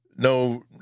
No